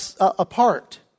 apart